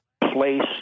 Place